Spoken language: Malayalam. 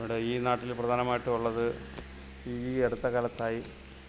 ഇവിടെ ഈ നാട്ടിൽ പ്രധാനമായിട്ടും ഉള്ളത് ഈ അടുത്ത കാലത്തായി